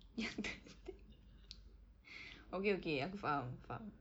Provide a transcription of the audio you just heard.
yang tertiba okay okay aku faham aku faham